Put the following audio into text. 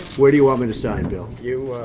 where do you want me to sign, bill? you